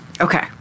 Okay